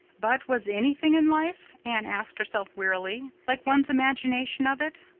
but was anything in life, anne asked herself wearily, like one's imagination of it?